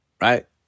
right